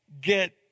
get